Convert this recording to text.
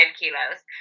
kilos